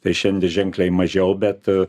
tai šiandie ženkliai mažiau bet